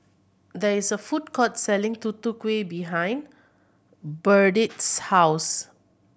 there is a food court selling Tutu Kueh behind Burdette's house